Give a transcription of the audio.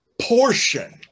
portion